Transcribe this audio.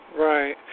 Right